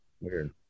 weird